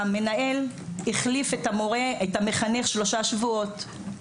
המנהל החליף את המחנך שלושה שבועות,